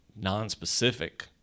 non-specific